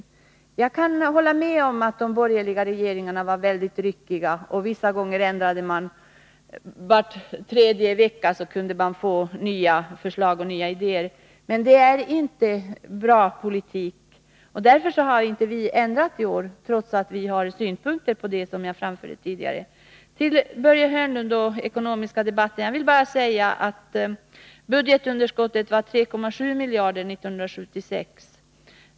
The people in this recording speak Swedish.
Jag kan hålla med om att de borgerliga regeringarna var mycket ryckiga — ibland kunde man få nya förslag var tredje vecka — men det är inte en bra politik. Därför har vi inte ändrat i år, trots att vi har synpunkter på detta, som jag framförde tidigare. Till Börje Hörnlund vill jag bara beträffande den ekonomiska politiken säga: Budgetunderskottet var 3,7 miljarder år 1976.